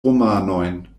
romanojn